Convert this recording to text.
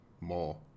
more